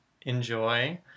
enjoy